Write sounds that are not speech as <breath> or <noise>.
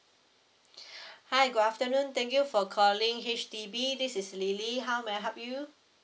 <breath> hi good afternoon thank you for calling H_D_B this is lily how may I help you